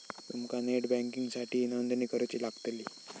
तुमका नेट बँकिंगसाठीही नोंदणी करुची लागतली